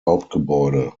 hauptgebäude